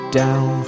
down